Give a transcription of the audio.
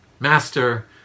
Master